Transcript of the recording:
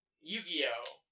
Yu-Gi-Oh